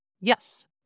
Yes